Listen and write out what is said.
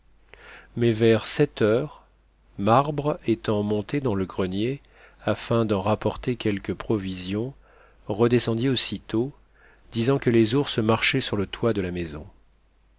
mais vers sept heures marbre étant monté dans le grenier afin d'en rapporter quelques provisions redescendit aussitôt disant que les ours marchaient sur le toit de la maison